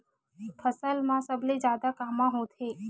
फसल मा सबले जादा कामा होथे?